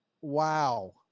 Wow